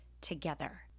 together